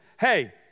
Hey